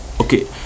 Okay